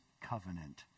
covenant